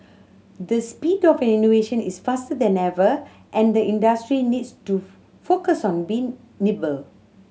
the speed of innovation is faster than ever and the industry needs to focus on being nimble